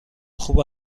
خوب